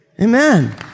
Amen